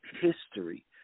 History